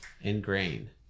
ingrain